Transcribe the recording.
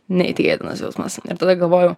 neįtikėtinas jausmas ir tada galvojau